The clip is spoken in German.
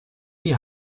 die